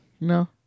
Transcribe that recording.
No